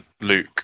Luke